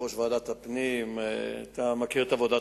חבר הכנסת דוד אזולאי שאל את שר לביטחון פנים ביום י"ד בניסן